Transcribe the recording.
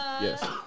Yes